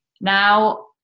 now